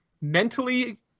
mentally